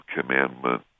commandment